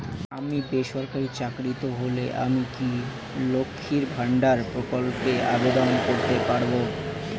আমি বেসরকারি চাকরিরত হলে আমি কি লক্ষীর ভান্ডার প্রকল্পে আবেদন করতে পারব?